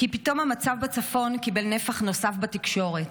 כי פתאום המצב בצפון קיבל נפח נוסף בתקשורת.